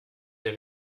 der